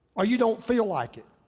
or you don't feel like it.